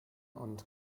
und